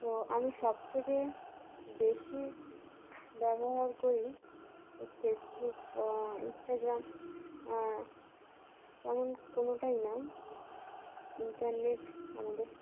তো আমি সবথেকে বেশি ব্যবহার করি তো ফেসবুক বা ইন্সটাাগ্রাম তেমন কোনোটাই না ইন্টারনেট আমাদের